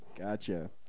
Gotcha